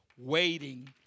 waiting